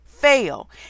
fail